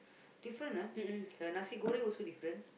different ah her nasi-goreng also different